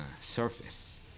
surface